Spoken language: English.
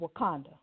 Wakanda